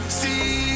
see